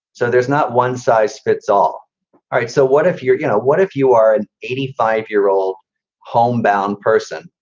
so there's not one size fits all. all right. so what if you're you know what if you are an eighty five year old homebound person?